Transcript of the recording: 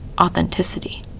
authenticity